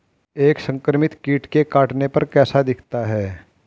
एक संक्रमित कीट के काटने पर कैसा दिखता है?